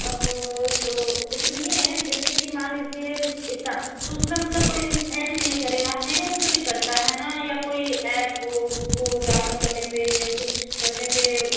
अब तो ए सुनिए जैसे कि मान लीजिए इतना तो उसमें मतलब कोई हैंग नहीं करेगा हैंग ऊंग तो नहीं करता है ना या कोई ऐप हो को डाउनलोड करने पर या कुछ करने पर